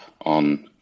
on